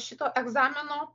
šito egzamino